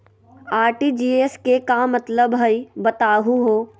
RTGS के का मतलब हई, बताहु हो?